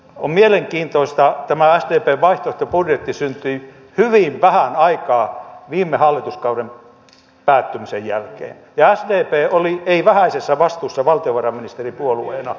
on mielenkiintoista että tämä sdpn vaihtoehtobudjetti syntyi hyvin vähän aikaa viime hallituskauden päättymisen jälkeen ja sdp oli ei vähäisessä vastuussa valtiovarainministeripuolueena